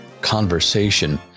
conversation